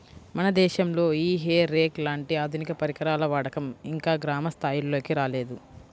మన దేశంలో ఈ హే రేక్ లాంటి ఆధునిక పరికరాల వాడకం ఇంకా గ్రామ స్థాయిల్లోకి రాలేదు